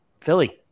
Philly